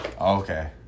Okay